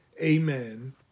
Amen